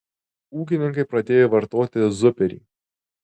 ūkininkai pradėjo vartoti zuperį